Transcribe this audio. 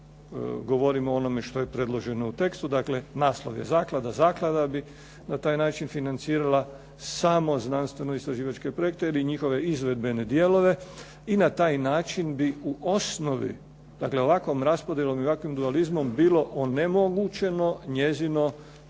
govorim o onome što je predloženo u tekstu, dakle naslov je zaklada, zaklada bi na taj način financirala samo znanstveno-istraživačke projekte ili njihove izvedbene dijelove i na taj način bi u osnovi, dakle ovakvom raspodjelom i ovakvim dualizmom bilo onemogućeno njezino